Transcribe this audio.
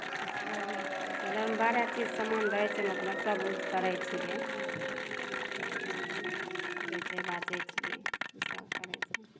सामान रहै छै मतलब सभकिछु करै छियै सभकिछु बेचै बाचै छियै इसभ करै छियै